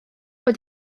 bod